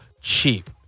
cheap